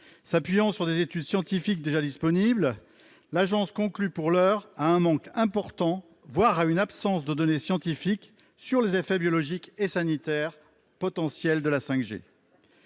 S'appuyant sur des études scientifiques déjà disponibles, l'agence conclut, pour l'heure, à un manque important, voire à une absence de données scientifiques sur les effets biologiques et sanitaires potentiels de la 5G.